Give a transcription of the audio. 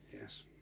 Yes